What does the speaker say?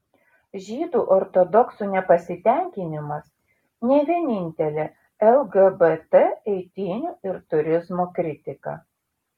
žydų ortodoksų nepasitenkinimas ne vienintelė lgbt eitynių ir turizmo kritika